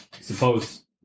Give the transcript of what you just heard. suppose